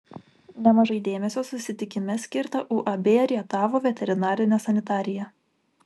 nemažai dėmesio susitikime skirta uab rietavo veterinarinė sanitarija